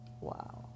Wow